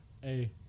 Hey